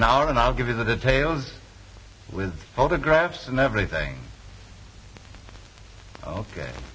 an hour and i'll give you the details with photographs and everything ok